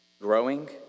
Growing